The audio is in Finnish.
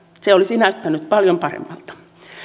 se olisi näyttänyt paljon paremmalta